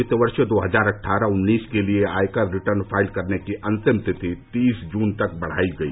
वित्त वर्ष दो हजार अट्ठारह उन्नीस के लिए आयकर रिटर्न फाइल करने की अंतिम तिथि तीस जून तक बढायी गई